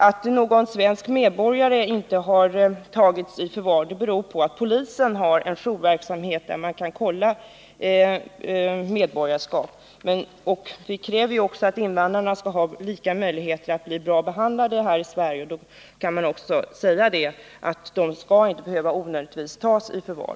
Att någon svensk medborgare inte har tagits i förvar beror på att polisen har en jourverksamhet och kan kontrollera medborgarskap. Vi kräver att invandrarna skall ha samma möjligheter som svenska medborgare att bli väl behandlade i Sverige. De skall inte onödigtvis behöva tas i förvar.